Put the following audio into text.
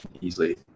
easily